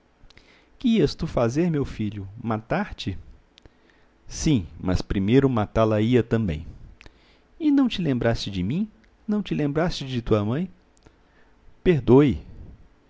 que ias tu fazer meu filho matar-te sim mas primeiro matá la ia também e não te lembraste de mim não te lembraste de tua mãe perdoe